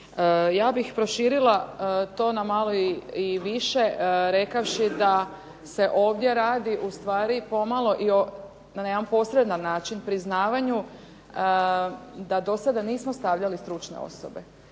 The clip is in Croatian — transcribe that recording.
Ja bih proširila to na malo i više rekavši da se ovdje radi ustvari pomalo i o, na jedan posredan način, priznavanju da dosada nismo stavljali stručne osobe.